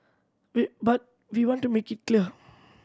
we but we want to make it clear